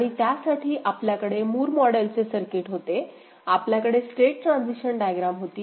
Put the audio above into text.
आणि त्यासाठी आपल्याकडे मूर मॉडेलचे सर्किट होते आपल्याकडे स्टेट ट्रान्झिशन डायग्राम होती